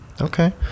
Okay